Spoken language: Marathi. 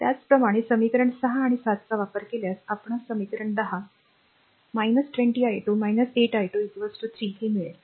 त्याचप्रमाणे समीकरण ६ आणि ७ चा वापर केल्यास आपणास समीकरण 10 20 i2 8 i2 3 हे मिळेल